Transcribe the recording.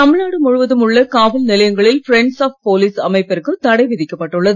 தமிழ்நாடு முழுவதும் உள்ள காவல் நிலையங்களில் ஃபிரண்ட்ஸ் ஆஃப் போலீஸ் அமைப்பிற்கு தடை விதிக்கப்பட்டுள்ளது